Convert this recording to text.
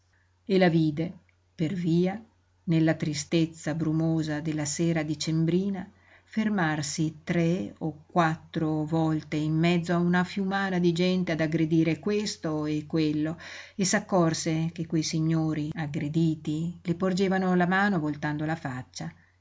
e la vide per via nella tristezza brumosa della sera decembrina fermarsi tre o quattro volte in mezzo a una fiumana di gente ad aggredire questo e quello e s'accorse che quei signori aggrediti le porgevano la mano voltando la faccia